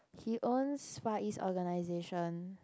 he owns Far-East organization